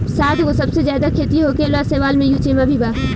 सातगो सबसे ज्यादा खेती होखे वाला शैवाल में युचेमा भी बा